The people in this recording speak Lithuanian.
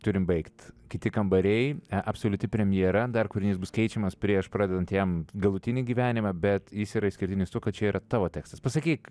turime baigt kiti kambariai absoliuti premjera dar kūrinys bus keičiamas prieš pradedant jam galutinį gyvenimą bet jis yra išskirtinis tuo kad čia ir tavo tekstas pasakyk